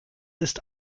ist